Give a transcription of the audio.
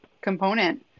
component